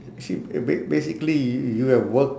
see b~ ba~ basically y~ you have work